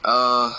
err